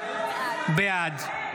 בעד --- רגע,